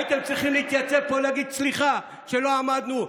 הייתם צריכים להתייצב פה להגיד: סליחה שלא עמדנו.